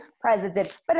president